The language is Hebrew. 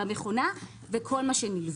הוא על המכונה, על הברזל, וכל מה שנלווה.